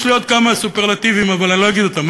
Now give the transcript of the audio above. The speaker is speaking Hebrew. יש לי עוד כמה סופרלטיבים, אבל אני לא אגיד אותם.